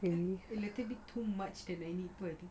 a little bit too much than anybody